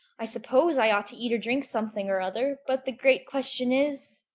i suppose i ought to eat or drink something or other but the great question is,